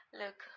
look